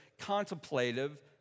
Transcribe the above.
contemplative